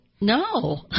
no